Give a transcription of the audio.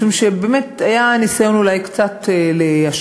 משום שבאמת היה אולי ניסיון קצת להשכיח